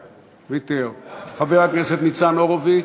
ויתר, חבר הכנסת ניצן הורוביץ,